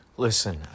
Listen